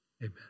Amen